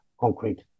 concrete